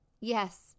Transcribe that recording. Yes